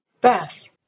Beth